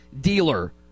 dealer